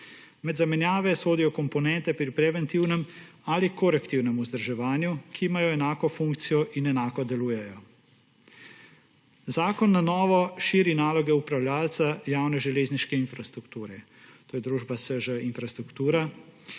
Med zamenjave sodijo komponente pri preventivnem ali korektivnem vzdrževanju, ki imajo enako funkcijo in enako delujejo. Zakon na novo širi naloge upravljavca javne železniške infrastrukture ‒ to je družba SŽ - Infrastruktura